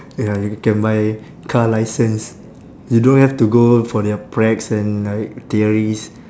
ya you can buy car licence you don't have to go for their pracs and like theories